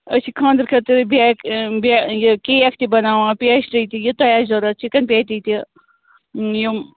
أسۍ چھِ خانٛدرٕ خٲطرٕ بیک بے یہِ کیک تہِ بَناوان پیسٹرٛی تہِ یہِ تۄہہِ آسہِ ضوٚرَتھ چِکَن پیٹی تہِ یِم